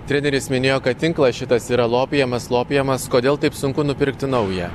treneris minėjo kad tinklas šitas yra lopijamas lopijamas kodėl taip sunku nupirkti naują